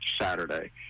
Saturday